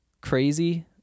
crazy